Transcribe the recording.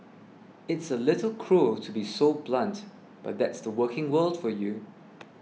it's a little cruel to be so blunt but that's the working world for you